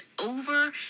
over